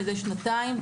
מדי שנתיים,